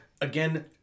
Again